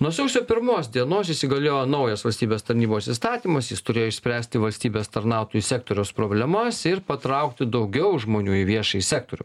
nuo sausio pirmos dienos įsigaliojo naujas valstybės tarnybos įstatymas jis turėjo išspręsti valstybės tarnautojų sektoriaus problemas ir patraukti daugiau žmonių į viešąjį sektorių